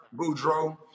Boudreaux